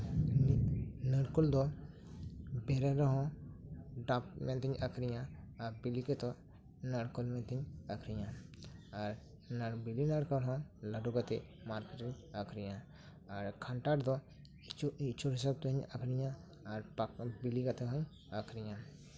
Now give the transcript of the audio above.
ᱱᱤᱛ ᱱᱟᱨᱠᱳᱞ ᱫᱚ ᱵᱮᱨᱮᱞ ᱨᱮᱦᱚᱸ ᱰᱟᱵᱽ ᱢᱮᱱᱛᱮᱧ ᱟᱹᱠᱷᱨᱤᱧᱟ ᱟᱨ ᱵᱮᱹᱞᱮᱹ ᱛᱮᱫᱚ ᱱᱟᱨᱠᱳᱞ ᱢᱮᱱᱛᱮᱧ ᱟᱹᱠᱷᱨᱤᱧᱟ ᱟᱨ ᱵᱮᱹᱞᱮᱹ ᱱᱟᱨᱠᱳᱞᱦᱚᱸ ᱞᱟᱰᱩ ᱠᱟᱛᱮᱫ ᱢᱟᱨᱠᱮᱴ ᱨᱮᱧ ᱟᱠᱷᱨᱤᱧᱟ ᱟᱨ ᱠᱷᱟᱱᱴᱟᱲ ᱫᱚ ᱤᱪᱚᱲ ᱦᱤᱥᱟᱵᱽᱛᱮᱧ ᱟᱠᱷᱨᱤᱧᱟ ᱟᱨ ᱵᱮᱹᱞᱮᱹ ᱠᱟᱛᱮᱫᱦᱚᱸᱧ ᱟᱠᱷᱨᱤᱧᱟ